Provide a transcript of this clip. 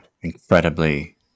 incredibly